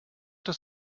das